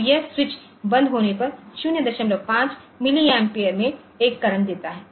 तो यह स्विच बंद होने पर 05 मिलिएम्पेरे में एक करंट देता है